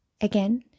again